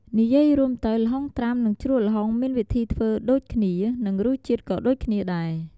និយាយរួមទៅល្ហុងត្រាំនិងជ្រក់ល្ហុងមានវិធីធ្វើដូចគ្នា និងរសជាតិក៏ដូចគ្នាដែរ។